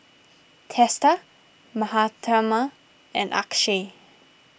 Teesta Mahatma and Akshay